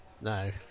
No